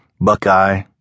buckeye